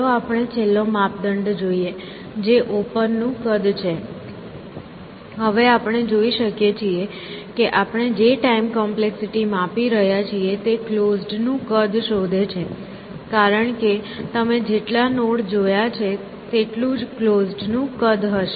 ચાલો આપણે છેલ્લો માપદંડ જોઈએ જે ઓપન નું કદ છે હવે આપણે જોઈ શકીએ છીએ કે આપણે જે ટાઈમ કોમ્પ્લેક્સિટી માપી રહ્યા છીએ તે ક્લોઝડ નું કદ શોધે છે કારણ કે તમે જેટલા નોડ જોયા છે તેટલું જ ક્લોઝડ નું કદ થશે